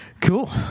cool